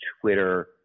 Twitter